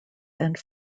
and